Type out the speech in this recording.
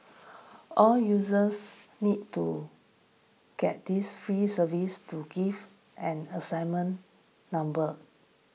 all users need to get this free service to give an assignment number